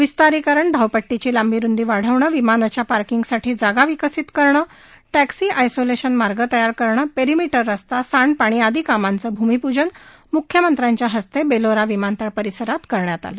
विस्तारीकरण धावपट्टीची लांबी रुंदी वाढवणं विमानाच्या पार्किंगसाठी जागा विकसित करणं टॅक्सी आयसोलेशन मार्ग तयार करणं पेरिमीटर रस्ता सांडपाणी आदी कामाचं भूमिपूजन म्ख्यमंत्र्यांच्या हस्ते बेलोरा विमानतळ परिसरात करण्यात आलं